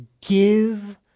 give